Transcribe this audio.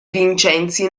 vincenzi